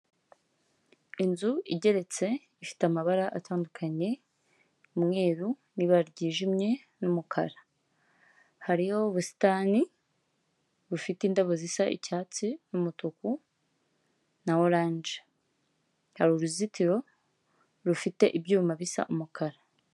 Inzu igeretse ifite amabara atandukanye, umweru n'ibara ryijimye n'umukara hariho ubusitani ,bufite indabo zisa icyatsi n'umutuku na orange hari uruzitiro rufite ibyuma bisa umukara.